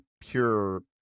pure